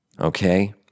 okay